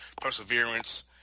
perseverance